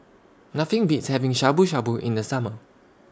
Nothing Beats having Shabu Shabu in The Summer